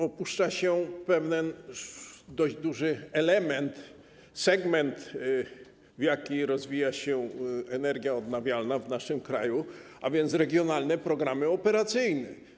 Opuszcza się pewien dość duży element, segment, w jakim rozwija się energia odnawialna w naszym kraju, a więc regionalne programy operacyjne.